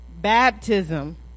baptism